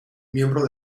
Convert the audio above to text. miembro